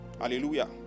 hallelujah